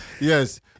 yes